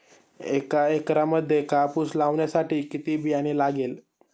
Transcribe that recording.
एका एकरामध्ये कापूस लावण्यासाठी किती बियाणे लागेल?